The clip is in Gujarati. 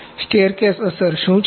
સ્ટેરકેસ અસર શું છે